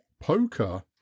poker